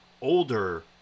older